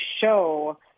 show